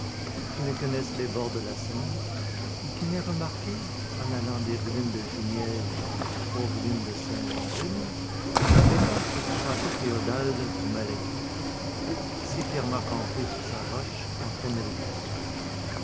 qui ne connaisse les bords de la seine et qui n'ait remarqué en allant des ruines de jumièges aux ruines de saint wandrille l'étrange petit château féodal du malaquis si fièrement campé sur sa roche en pleine rivière